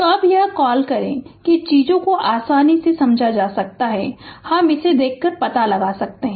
तो अब क्या कॉल करें कि चीजों को समझना आसान हो जाए और हम इसे देख कर पता लगा सकते है